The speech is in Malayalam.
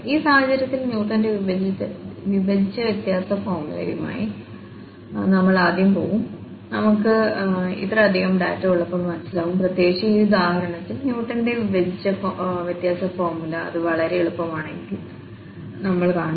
ഈ സാഹചര്യത്തിൽ ന്യൂട്ടന്റെ വിഭജിച്ച വ്യത്യാസ ഫോർമുലയുമായി നമ്മൾ ആദ്യം പോകും നമ്മൾക്ക് ഇത്രയധികം ഡാറ്റ ഉള്ളപ്പോൾ മനസ്സിലാക്കും പ്രത്യേകിച്ചും ഈ ഉദാഹരണത്തിൽ ന്യൂട്ടന്റെ വിഭജിച്ച വ്യത്യാസ ഫോർമുല അത് വളരെ എളുപ്പമാണെന്ന് നിങ്ങൾ കാണും